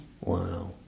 Wow